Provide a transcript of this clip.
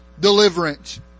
deliverance